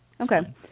Okay